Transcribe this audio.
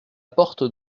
porte